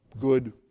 good